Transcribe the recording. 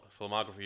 filmography